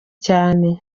cyane